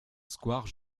square